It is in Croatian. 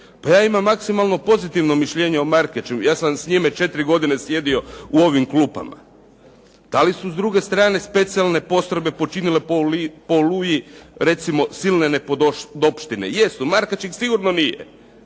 Ja imam maksimalno pozitivno mišljenje o Markaču. Ja sam s njime četiri godine sjedio u ovim klupama. Da li su s druge strane specijalne postrojbe počinile po "Oluji" recimo silne nepodopštine? Jesu, Markač ih sigurno nije.